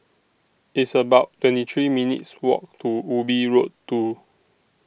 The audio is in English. It's about twenty three minutes' Walk to Ubi Road two